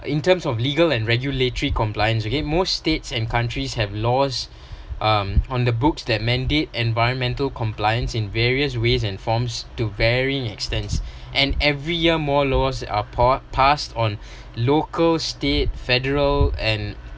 in terms of legal and regulatory compliance okay most states and countries have laws um on the books that mandate environmental compliance in various ways and forms to varying extents and every year more laws are port passed on local state federal and